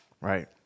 right